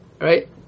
Right